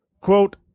Quote